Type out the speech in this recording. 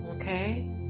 Okay